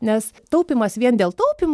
nes taupymas vien dėl taupymo